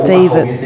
David